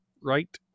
right